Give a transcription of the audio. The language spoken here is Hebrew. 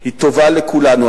היא טובה לכולנו.